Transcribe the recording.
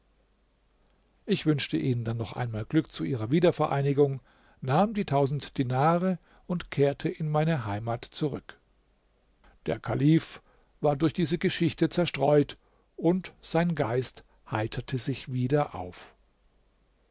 ich wünschte ihnen dann noch einmal glück zu ihrer wiedervereinigung nahm die tausend dinare und kehrte in mein heimat zurück der kalif war durch diese geschichte zerstreut und sein geist heiterte sich wieder auf